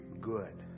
good